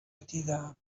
دیدم